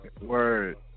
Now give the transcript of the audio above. Word